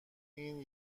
این